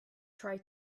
try